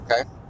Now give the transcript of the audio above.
okay